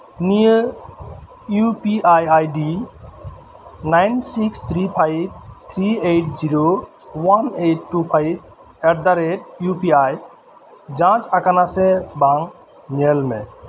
ᱱᱤᱭᱟᱹ U P I ID nine six three five three eight zero one eight two five at the rate U P I ᱡᱟᱸᱪ ᱟᱠᱟᱱᱟ ᱥᱮ ᱵᱟᱝ ᱧᱮᱞ ᱢᱮ